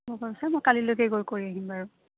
মই কালিললৈকে গৈ কৰি আহিম বাৰু